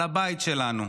על הבית שלנו.